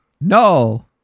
No